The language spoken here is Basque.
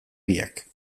biak